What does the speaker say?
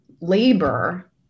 labor